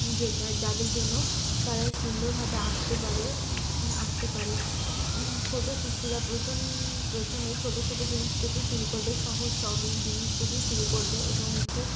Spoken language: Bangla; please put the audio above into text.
যেটা যাদের জন্য তারা সুন্দরভাবে আঁকতে পারে আঁকতে পারে ছোটো শিশুরা প্রথম প্রথমে ছোটো ছোটো জিনিস থেকেই শুরু করবে সহজ সরল জিনিস থেকেই শুরু করবে এবং একটু